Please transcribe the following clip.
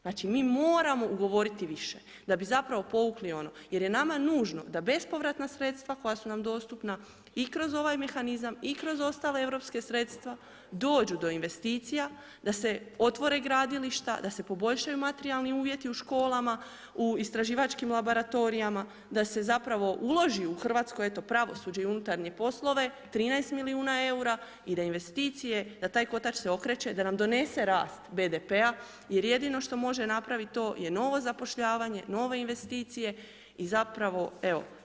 Znači mi moramo ugovoriti više da bi zapravo povukli ono, jer ne nama nužno da bespovratna sredstva koja su na dostupna i kroz ovaj mehanizam, i kroz ostala europska sredstva, dođu do investicija, da se otvore gradilišta, da se poboljšaju materijalni uvjeti u školama, u istraživačkim laboratorijama, da se zapravo uloži u hrvatsko pravosuđe i unutarnje poslove 13 milijuna eura i da investicije, da taj kotač se okreće, da nam donese rast BDP-a jer jedino što može napraviti to je novo zapošljavanje, nove investicije i zapravo evo.